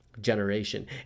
generation